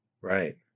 Right